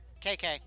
KK